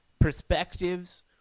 perspectives